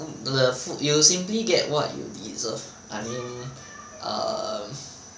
um the food you simply get what you deserve I mean err